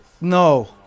no